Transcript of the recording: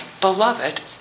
beloved